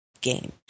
game